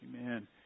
amen